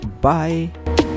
Bye